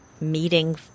meeting